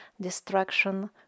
destruction